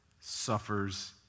suffers